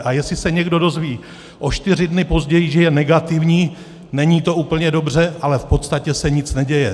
A jestli se někdo dozví o čtyři dny později, že je negativní, není to úplně dobře, ale v podstatě se nic neděje.